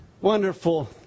wonderful